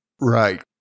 Right